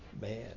man